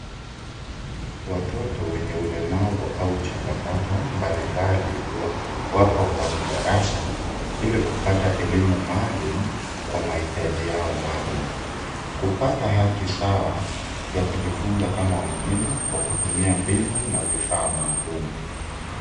Watoto wenye ulemavu au changamoto mbalimbali wapo kwenye darasa ili kupata elimu maalum kwa mahitaji yao maalum. Kupata haki sawa ya kujifunza kama wengine kwa kutumia mbinu na vifaa maalum.